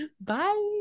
bye